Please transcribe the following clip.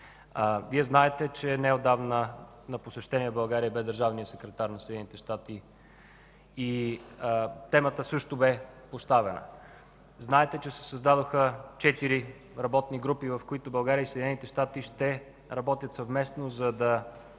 Вие знаете, че неотдавна на посещение в България беше държавният секретар на Съединените щати и темата също беше поставена. Знаете, че се създадоха четири работни групи, в които България и Съединените щати ще работят съвместно, за да